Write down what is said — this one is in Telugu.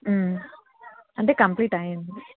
అంటే కంప్లీట్ అయింది